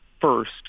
first